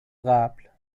قبل